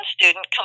student